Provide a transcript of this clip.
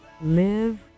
Live